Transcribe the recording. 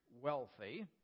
wealthy